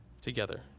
together